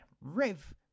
Rev